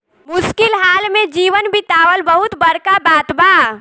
मुश्किल हाल में जीवन बीतावल बहुत बड़का बात बा